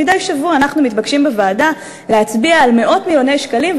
מדי שבוע אנחנו מתבקשים בוועדה להצביע על מאות מיליוני שקלים,